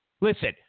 Listen